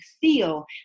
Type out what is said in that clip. feel